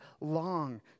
long